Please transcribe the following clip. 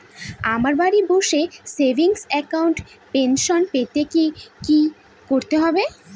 আমায় বাড়ি বসে সেভিংস অ্যাকাউন্টে পেনশন পেতে কি কি করতে হবে?